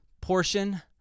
portion